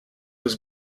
was